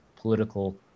political